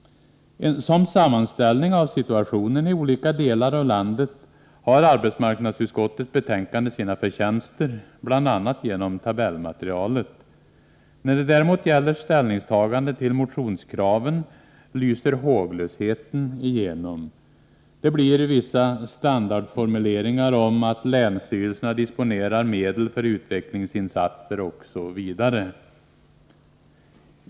Som sammanställning av situationen i olika delar av landet har arbetsmarknadsutskottets betänkande sina förtjänster, bl.a. genom tabellmaterialet. När det däremot gäller ställningstagandet till motionskraven lyser håglösheten igenom. Det blir vissa standardformuleringar om att länsstyrelserna disponerar medel för utvecklingsinsatser osv.